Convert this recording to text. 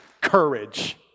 Courage